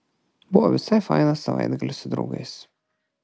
buvo visai fainas savaitgalis su draugais